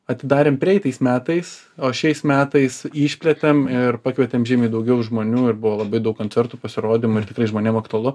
atidarėm praeitais metais o šiais metais išplėtėm ir pakvietėm žymiai daugiau žmonių ir buvo labai daug koncertų pasirodymų ir tikrai žmonėm aktualu